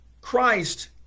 Christ